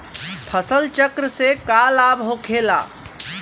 फसल चक्र से का लाभ होखेला?